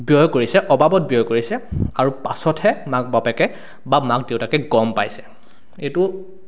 ব্যয় কৰিছে অবাবত ব্যয় কৰিছে আৰু পাছতহে মাক বাপেকে বা মাক দেউতাকে গম পাইছে এইটো